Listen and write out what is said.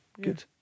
Good